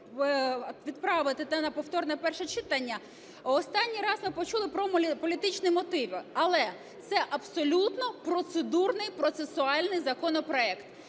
відправити на повторне перше читання. Останній раз ми почули про політичні мотиви, але це абсолютно процедурний, процесуальний законопроект.